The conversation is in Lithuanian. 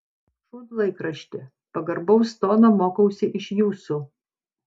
šūdlaikrašti pagarbaus tono mokausi iš jūsų